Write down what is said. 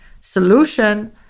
solution